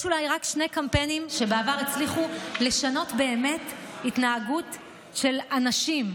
יש אולי רק שני קמפיינים שבעבר הצליחו באמת לשנות התנהגות של אנשים.